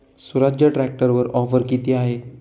स्वराज्य ट्रॅक्टरवर ऑफर किती आहे?